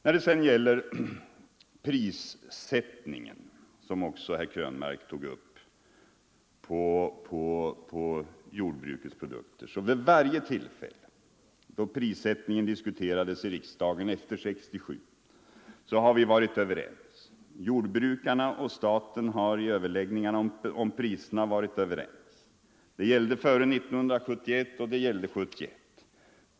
När det sedan gäller prissättningen på jordbrukets produkter, som också herr Krönmark tog upp, så har vi vid varje tillfälle då prissättningen diskuterats i riksdagen efter 1967 varit överens. Jordbrukarna och staten har i överläggningar om priserna varit överens. Det gällde före 1971 och det gällde 1971.